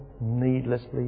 needlessly